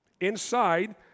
Inside